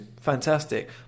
fantastic